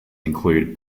include